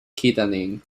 kittanning